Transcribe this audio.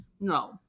No